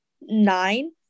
nine